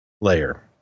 layer